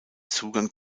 zugang